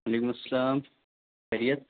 وعلیکم السلام خیریت